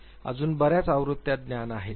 अजून बर्याच आवृत्त्या ज्ञात आहेत